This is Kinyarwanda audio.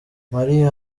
marie